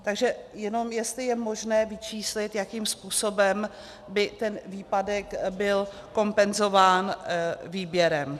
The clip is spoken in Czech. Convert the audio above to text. Takže jenom jestli je možné vyčíslit, jakým způsobem by ten výpadek byl kompenzován výběrem.